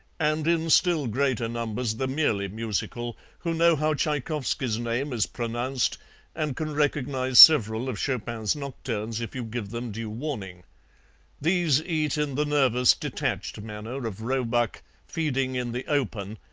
and in still greater numbers the merely musical, who know how tchaikowsky's name is pronounced and can recognize several of chopin's nocturnes if you give them due warning these eat in the nervous, detached manner of roebuck feeding in the open,